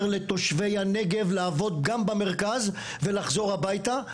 לתושבי הנגב לעבוד גם במרכז ולחזור הביתה.